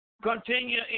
continue